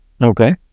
Okay